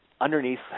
underneath